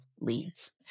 leads